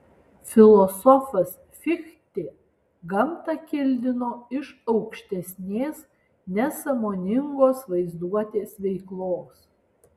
filosofas fichtė gamtą kildino iš aukštesnės nesąmoningos vaizduotės veiklos